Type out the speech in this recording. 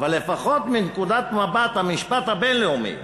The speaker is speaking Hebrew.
אבל לפחות מנקודת המבט של המשפט הבין-לאומי,